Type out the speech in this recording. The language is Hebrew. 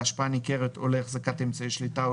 להשפעה ניכרת ולהחזקת אמצעי שליטה או